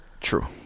true